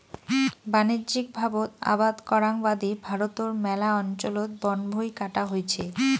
বাণিজ্যিকভাবত আবাদ করাং বাদি ভারতর ম্যালা অঞ্চলত বনভুঁই কাটা হইছে